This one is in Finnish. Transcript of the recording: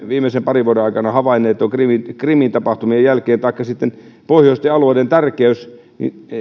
viimeisten parin vuoden aikana havainneet krimin krimin tapahtumien jälkeen taikka sitten pohjoisten alueiden tärkeys